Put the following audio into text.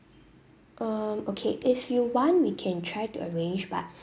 um okay if you want we can try to arrange but